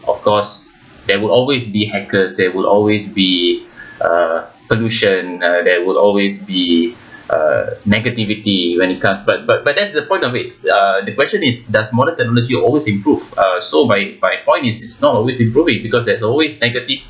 of course there will always be hackers there will always be uh pollution uh there will always be uh negativity when it comes but but but that's the point I made uh the question is does modern technology look always improve uh so my my point is it's not always improving because there's always negative